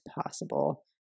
possible